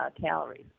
calories